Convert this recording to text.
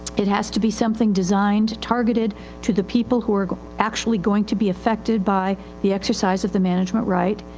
it has to be something designed, targeted to the people who are actually going to be effected by the exercise of the management right.